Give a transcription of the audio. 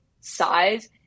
size